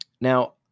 Now